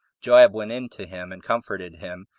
joab went in to him, and comforted him,